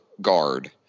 guard